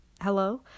Hello